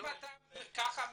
אם אתה ככה מתפרץ.